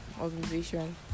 Organization